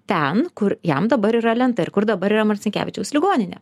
ten kur jam dabar yra lenta ir kur dabar yra marcinkevičiaus ligoninė